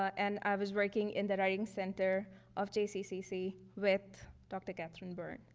and i was working in the writing center of jccc, with dr. kathryn byrne.